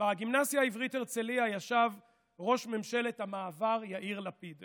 בגימנסיה העברית הרצליה ישב ראש ממשלת המעבר יאיר לפיד.